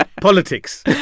Politics